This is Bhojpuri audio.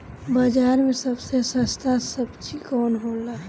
बाजार मे सबसे सस्ता सबजी कौन होला?